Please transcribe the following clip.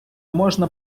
можна